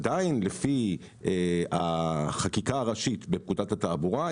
לפי החקיקה הראשית בפקודת התעבורה,